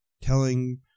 telling